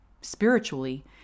Spiritually